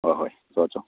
ꯍꯣꯏ ꯍꯣꯏ ꯆꯣ ꯆꯣ